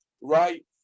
right